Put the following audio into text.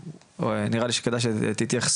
אז נראה לי שכדאי שתתייחסו,